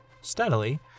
steadily